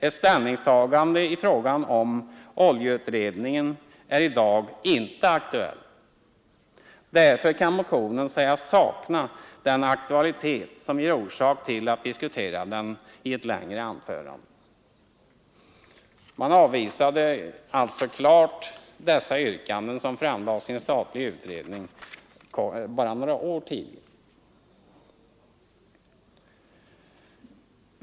Ett ställningstagande i frågan om oljeutredningen är i dag inte aktuellt. Därför kan motionen sägas sakna den aktualitet, som ger orsak att diskutera den i ett längre anförande.” Man avvisade alltså klart de förslag som hade framlagts av en statlig utredning bara några år tidigare.